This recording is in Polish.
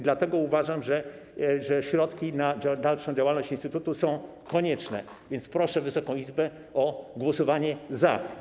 Dlatego uważam, że środki na dalszą działalność instytutu są konieczne, więc proszę Wysoką Izbę o głosowanie za.